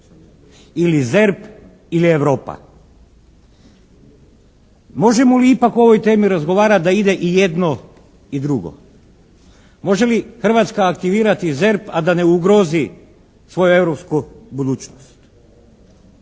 ili ZERP ili Europa. Možemo li ipak o ovoj temi razgovarati da ide i jedno i drugo? Može li Hrvatska aktivirati ZERP a da ne ugrozi svoju europsku budućnost?